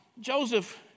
Joseph